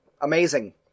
amazing